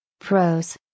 Pros